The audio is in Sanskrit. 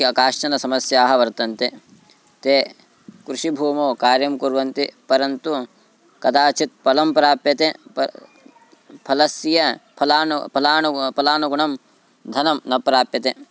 के कश्चन समस्याः वर्तन्ते ते कृषिभूमौ कार्यं कुर्वन्ति परन्तु कदाचित् फलं प्राप्यते प फलस्य फलानु फलानु फलानुगुणं धनं न प्राप्यते